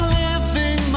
living